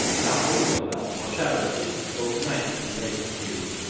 now hold your mouth for charity, bothe knight and lady free,